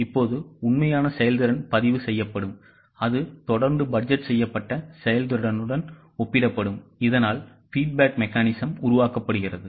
இப்போது உண்மையான செயல்திறன் பதிவு செய்யப்படும் அது தொடர்ந்து பட்ஜெட் செய்யப்பட்ட செயல்திறனுடன் ஒப்பிடப்படும் இதனால் feedback mechanism உருவாக்கப்படுகிறது